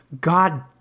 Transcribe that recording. God